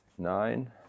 Nine